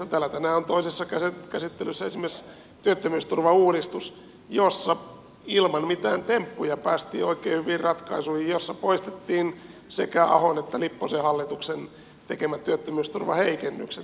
täällä tänään on toisessa käsittelyssä esimerkiksi työttömyysturvauudistus jossa ilman mitään temppuja päästiin oikein hyviin ratkaisuihin joissa poistettiin sekä ahon että lipposen hallituksen tekemät työttömyysturvaheikennykset